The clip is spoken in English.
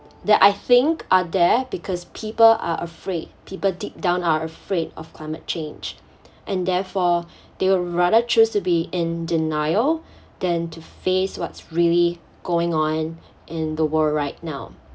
that I think are there because people are afraid people deep down are afraid of climate change and therefore they will rather choose to be in denial than to face what's really going on in the world right now